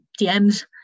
DMs